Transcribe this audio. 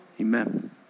Amen